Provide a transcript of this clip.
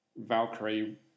Valkyrie